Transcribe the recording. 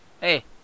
hey